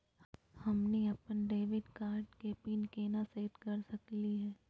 हमनी अपन debit card के पीन केना सेट कर सकली हे?